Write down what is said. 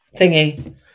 Thingy